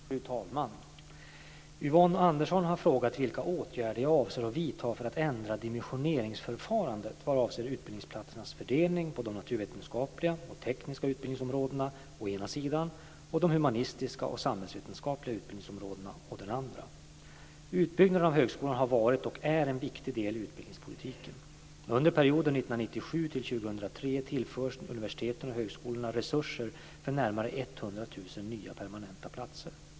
Fru talman! Yvonne Andersson har frågat vilka åtgärder jag avser att vidta för att ändra dimensioneringsförfarandet vad avser utbildningsplatsernas fördelning på de naturvetenskapliga och tekniska utbildningsområdena å ena sidan och de humanistiska och samhällsvetenskapliga utbildningsområdena å den andra. Utbyggnaden av högskolan har varit och är en viktig del i utbildningspolitiken. Under perioden 1997-2003 tillförs universiteten och högskolorna resurser för närmare 100 000 nya permanenta platser.